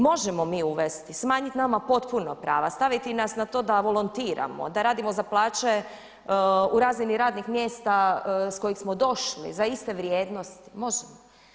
Možemo mi uvesti, smanjiti nama potpuno prava, staviti nas na to da volontiramo, da radimo za plaće u razini radnih mjesta s kojih smo došli, za iste vrijednosti, može.